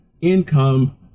Income